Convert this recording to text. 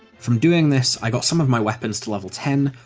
from doing this, i got some of my weapons to level ten,